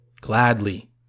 gladly